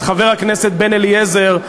את חבר הכנסת בן-אליעזר,